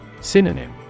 Synonym